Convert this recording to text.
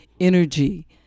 energy